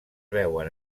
veuen